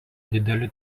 dideli